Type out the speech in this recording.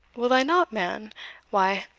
will i not, man why,